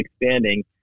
expanding